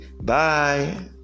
Bye